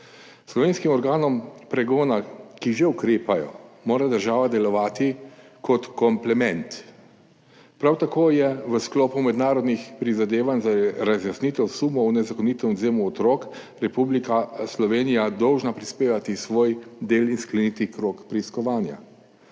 Slovenskim organom pregona, ki že ukrepajo, mora država delovati kot komplement. Prav tako je v sklopu mednarodnih prizadevanj za razjasnitev sumov o nezakonitem odvzemu otrok Republika Slovenija dolžna prispevati svoj del in skleniti krog preiskovanja.